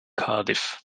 cardiff